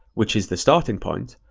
which is the starting point,